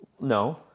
No